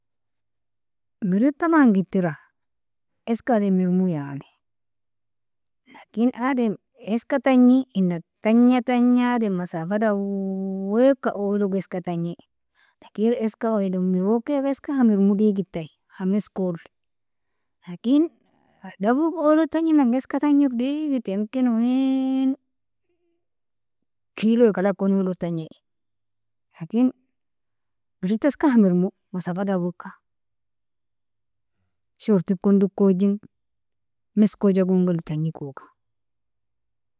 Mired taban gitira iska adam mermo yani, lakin adam iska tajni ina tajna tajna adam masafa daowika oilogo iska tajni lakin iska oilog mirokega iska hamirmo digidai hameskoli lakin daweg oilog tajnang iska tajner digidita yamken uien kilo wakekalagon oilog tajnai lakin mired iska hamirmo masafa daowika shorti kon dokojin miskojagongelo tajnikogka.